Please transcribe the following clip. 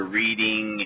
reading